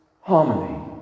harmony